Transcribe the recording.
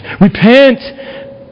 Repent